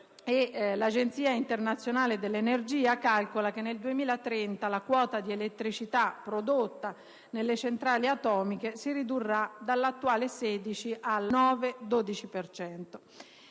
l'Agenzia internazionale dell'energia (IEA) calcola che nel 2030 la quota di elettricità prodotta nelle centrali atomiche si ridurrà dall'attuale 16 al 9-12